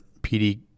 PD